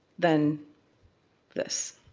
than this.